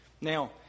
Now